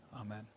Amen